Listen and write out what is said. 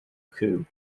coup